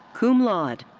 cum laude.